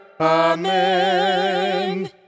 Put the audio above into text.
Amen